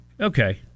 Okay